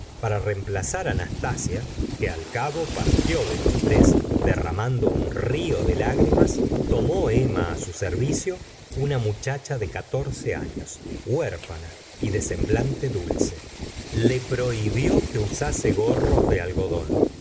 brazada de paja y la echaba como podía en el pesebre para reemplazar nastasia que al cabo partió de tostes derramando un río de lágrimas tomó emma su servicio una muchacha de catorce años huérfana y de semblante dulce le prohibió que usase gorros de algodón